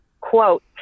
quote